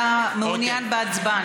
אתה מעוניין בהצבעה,